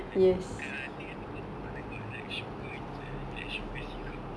like more pekat ah I think I think confirm got like got like sugar inside li~ like sugar syrup